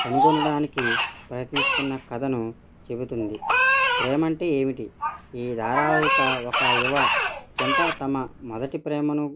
కనుగొనడానికి ప్రయత్నిస్తున్న కథను చెబుతుంది ప్రేమంటే ఏమిటి ఈ ధారావాహిక ఒక యువ జంట తమ మొదటి ప్రేమను